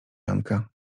janka